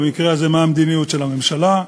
במקרה הזה מה המדיניות של הממשלה,